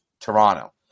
Toronto